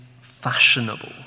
fashionable